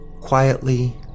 quietly